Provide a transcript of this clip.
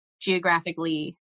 geographically